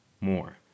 more